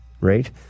right